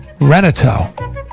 Renato